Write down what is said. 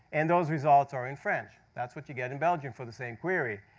and those results are in french. that's what you get in belgium for the same query.